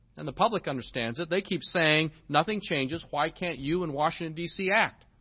and the public understands it. they keep saying nothing changes, why can't you and washington, dc act?